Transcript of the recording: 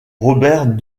robert